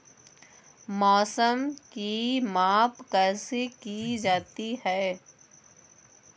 मौसम की माप कैसे की जाती है?